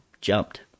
jumped